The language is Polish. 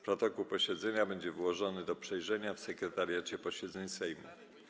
Protokół posiedzenia będzie wyłożony do przejrzenia w Sekretariacie Posiedzeń Sejmu.